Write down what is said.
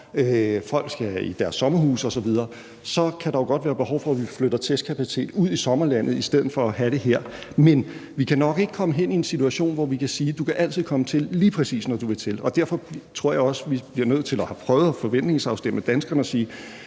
og folk skal ud i deres sommerhuse osv., kan der godt være behov for, at vi flytter testkapacitet ud i sommerlandet i stedet for at have den her. Men vi kan nok ikke komme hen til en situation, hvor vi kan sige: Du kan altid komme til, lige præcis når du vil til. Derfor tror jeg også, vi bliver nødt til at prøve at forventningsafstemme med danskerne og sige: